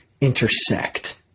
intersect